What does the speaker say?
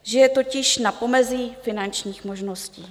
Žije totiž na pomezí finančních možností.